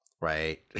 Right